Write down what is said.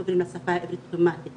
מהמקצועות עוברים לשפה העברית אוטומטית